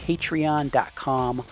Patreon.com